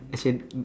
action